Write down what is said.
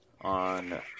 on